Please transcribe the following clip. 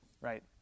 Right